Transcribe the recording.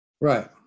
Right